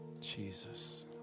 Jesus